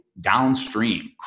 downstream